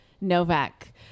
novak